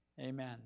Amen